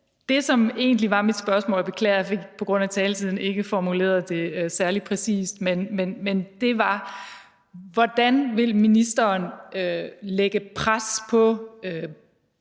Det, som egentlig var mit spørgsmål – og jeg beklager, at jeg på grund af taletiden ikke fik formuleret det særlig præcist – var: Hvordan vil ministeren lægge pres på